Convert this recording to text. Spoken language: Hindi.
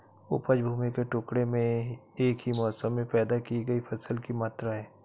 उपज भूमि के टुकड़े में एक ही मौसम में पैदा की गई फसल की मात्रा है